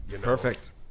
Perfect